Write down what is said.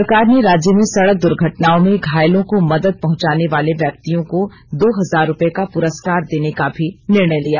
सरकार ने राज्य में सड़क दूर्घटनाओं में घायलों को मदद पहुंचाने वाले व्यक्तियों को दो हजार रुपये का पुरस्कार देने का भी निर्णय लिया